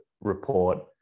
report